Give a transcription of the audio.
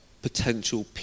potential